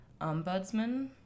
ombudsman